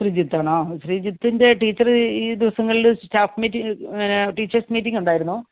ശ്രീജിത്താണോ ശ്രീജിത്തിൻ്റെ ടീച്ചർ ഈ ദിവസങ്ങളിൽ സ്റ്റാഫ് മീറ്റിംഗിൽ ടീച്ചേർസ് മീറ്റിങ് ഉണ്ടായിരുന്നു